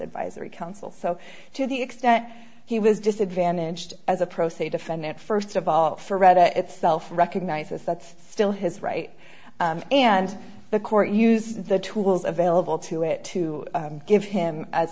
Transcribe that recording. advisory council so to the extent he was disadvantaged as a pro se defendant first of all for read it itself recognizes that's still his right and the court use the tools available to it to give him as